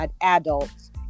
adults